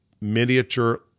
miniature